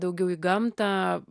daugiau į gamtą